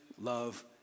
love